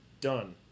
done